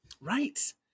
Right